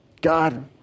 God